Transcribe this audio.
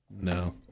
No